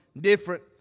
different